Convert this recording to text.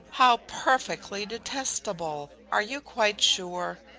how perfectly detestable! are you quite sure?